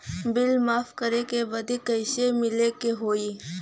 Bill माफ करे बदी कैसे मिले के होई?